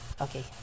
okay